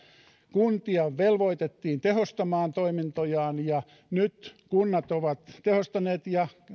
kuntia velvoitettiin tehostamaan toimintojaan ja nyt kunnat ovat tehostaneet ja